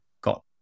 got